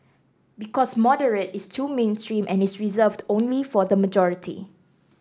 because moderate is too mainstream and is reserved only for the majority